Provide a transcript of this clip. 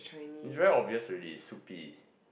it's very obvious already is soupy